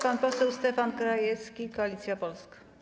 Pan poseł Stefan Krajewski, Koalicja Polska.